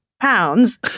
Pounds